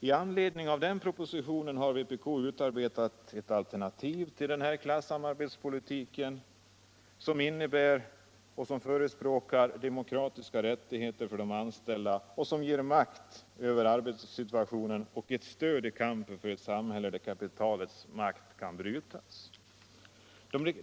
I anledning av denna senare proposition har vpk utarbetat ett alternativ till klassamarbetspolitiken, där vi förespråkar demokratiska rättigheter för de anställda, vilket innebär makt över arbetssituationen och stöd i kampen för ett samhälle där ka pitalets makt kan brytas.